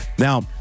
Now